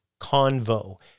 Convo